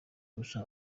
gusa